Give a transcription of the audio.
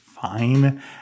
fine